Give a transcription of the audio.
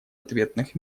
ответных